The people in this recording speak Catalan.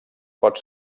pot